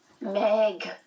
Meg